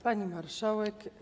Pani Marszałek!